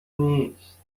نیست